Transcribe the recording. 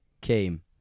came